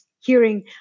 hearing